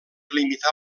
limitar